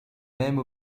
même